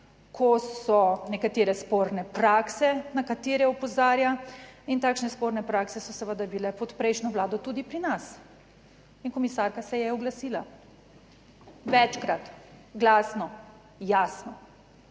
ko so nekatere sporne prakse, na katere opozarja in takšne sporne prakse so seveda bile pod prejšnjo vlado tudi pri nas. In komisarka se je oglasila večkrat, glasno, jasno